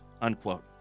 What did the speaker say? unquote